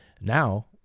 Now